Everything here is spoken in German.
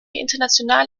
international